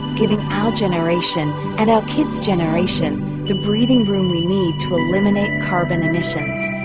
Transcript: giving our generation and our kids' generation the breathing room we need to eliminate carbon emissions.